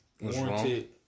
Warranted